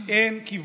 אין כיוון.